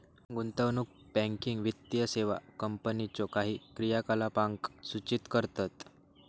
गुंतवणूक बँकिंग वित्तीय सेवा कंपनीच्यो काही क्रियाकलापांक सूचित करतत